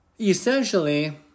essentially